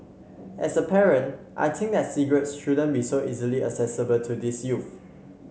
as a parent I think that cigarettes shouldn't be so easily accessible to these youth